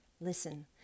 Listen